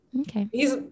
Okay